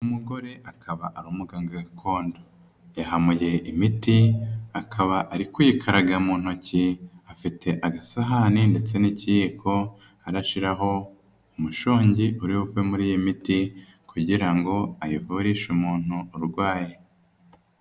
Umugore akaba ari umuganga gakondo, yahamaye imiti akaba ari kuyikaraga mu ntoki, afite agasahani ndetse n'ikiyiko arashiraho umushongi uribuve muri iyo miti kugira ngo ayivurishe umuntu urwaye.